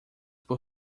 por